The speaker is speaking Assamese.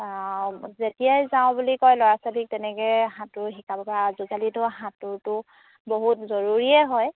যেতিয়াই যাওঁ বুলি কয় ল'ৰা ছোৱালীক তেনেকৈ সাঁতোৰ শিকাব পাৰা আজিকালিতো সাঁতোৰটো বহুত জৰুৰীয়েই হয়